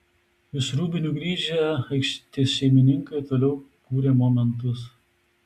iš rūbinių grįžę aikštės šeimininkai toliau kūrė momentus